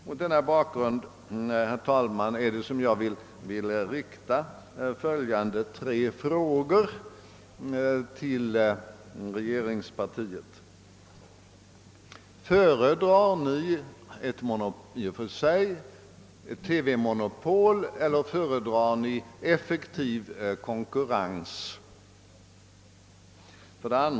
Mot denna bakgrund, herr talman, vill jag rikta följande tre frågor till regeringspartiet: Föredrar ni i och för sig ett TV monopol, eller föredrar ni effektiv konkurrens?